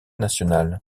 nationale